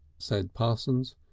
said parsons.